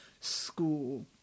school